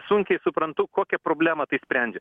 sunkiai suprantu kokią problemą tai sprendžia